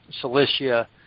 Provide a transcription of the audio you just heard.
Cilicia